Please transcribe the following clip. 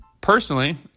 personally